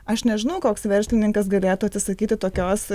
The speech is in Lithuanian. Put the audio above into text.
aš nežinau koks verslininkas galėtų atsisakyti tokios